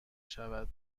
شود